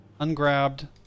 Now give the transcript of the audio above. ungrabbed